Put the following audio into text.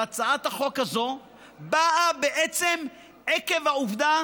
והצעת החוק הזאת באה בעצם עקב העובדה